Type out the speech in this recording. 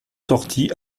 sortis